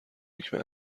حکم